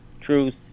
truth